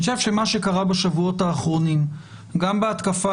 אני חושב שמה שקרה בשבועות האחרונים גם בהתקפה